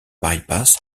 bypass